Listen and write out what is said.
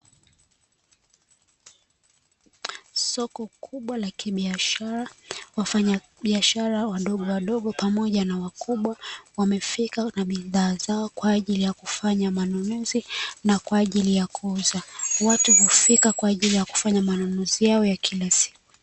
Soko kubwa la kibiashara. Wafanyabiashara wadogowadogo pamoja na wakubwa wamefika na bidhaa zao kwa ajili ya kufanya manunuzi na kwa ajili ya kuuza, watu hufika kwa ajili ya kufanya manunuzi yao ya kila siku.